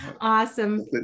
Awesome